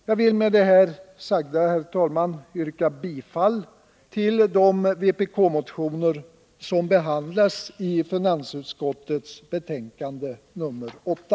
Jag vill med det här sagda, herr talman, yrka bifall till de vpk-motioner som behandlas i finansutskottets betänkande nr 8.